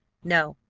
no,